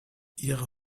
ihre